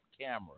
camera